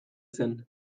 zen